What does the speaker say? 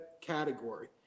category